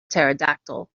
pterodactyl